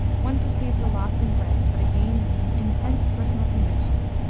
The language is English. one perceives a loss in breadth, but a gain in intense personal conviction.